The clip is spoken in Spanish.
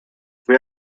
fui